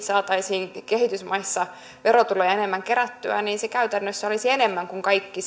saataisiin kehitysmaissa verotuloja enemmän kerättyä niin se käytännössä olisi enemmän kuin kaikki